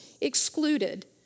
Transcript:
excluded